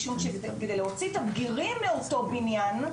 משום שכדי להוציא את הבגירים מאותו בניין,